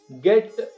get